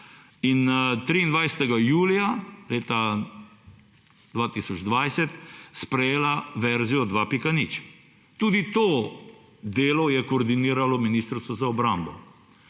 in 23. julija leta 2020 sprejela verzijo 2.0. Tudi to delo je koordiniralo Ministrstvo za obrambo.